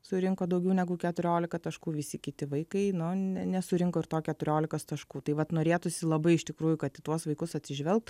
surinko daugiau negu keturiolika taškų visi kiti vaikai nu ne nesurinko ir to keturiolikos taškų tai vat norėtųsi labai iš tikrųjų kad į tuos vaikus atsižvelgt